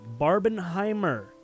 Barbenheimer